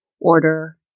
order